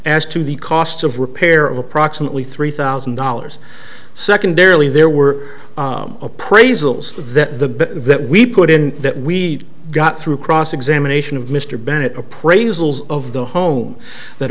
as to the cost of repair of approximately three thousand dollars secondarily there were appraisals of the that we put in that we got through cross examination of mr bennett appraisals of the home that